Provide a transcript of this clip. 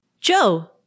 Joe